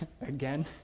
again